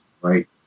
right